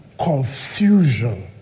Confusion